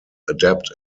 adept